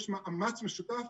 יש מאמץ משותף.